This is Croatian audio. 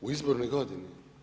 U izbornoj godini?